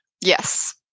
Yes